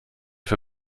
für